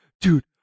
dude